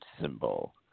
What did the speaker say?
symbol